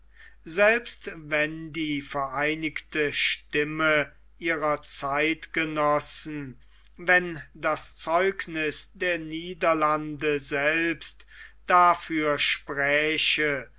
selbst wenn die vereinigte stimme ihrer zeitgenossen wenn das zeugniß der niederlande selbst dafür spräche